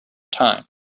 time